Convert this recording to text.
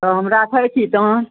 तऽ हम राखै छी तहन